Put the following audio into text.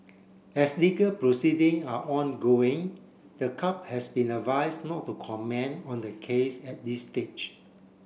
as legal proceeding are ongoing the club has been advised not to comment on the case at this stage